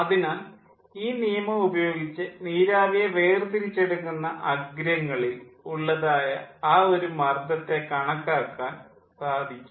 അതിനാൽ ഈ നിയമം ഉപയോഗിച്ച് നീരാവിയെ വേർതിരിച്ചെടുക്കുന്ന അഗ്രങ്ങളിൽ ഉള്ളതായ ആ ഒരു മർദ്ദത്തെ കണക്കാക്കാൻ സാധിക്കും